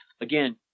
Again